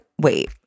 wait